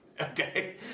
Okay